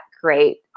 great